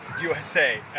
USA